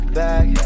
back